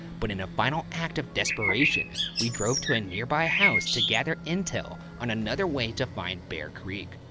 but in a final act of desperation, we drove to a nearby house to gather intel on another way to find bear creek.